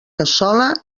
cassola